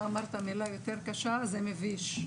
אתה אמרת מילה יותר קשה- זה מביש.